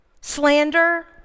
slander